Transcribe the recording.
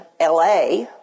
LA